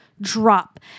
drop